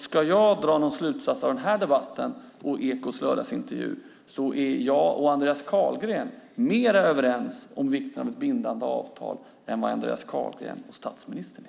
Ska jag dra någon slutsats av denna debatt och Ekots lördagsintervju är det att jag och Andreas Carlgren är mer överens om vikten av ett bindande avtal än Andreas Carlgren och statsministern är.